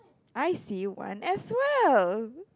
I see one as well